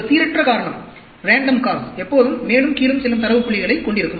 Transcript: ஒரு சீரற்ற காரணம் எப்போதும் மேலும் கீழும் செல்லும் தரவு புள்ளிகளைக் கொண்டிருக்கும்